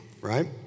right